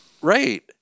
Right